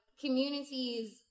communities